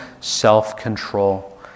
self-control